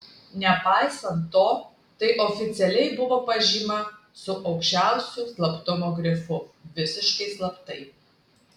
nepaisant to tai oficialiai buvo pažyma su aukščiausiu slaptumo grifu visiškai slaptai